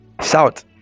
shout